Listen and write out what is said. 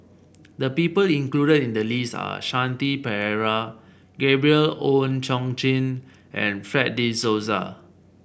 the people included in the list are Shanti Pereira Gabriel Oon Chong Jin and Fred De Souza